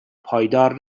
پایدار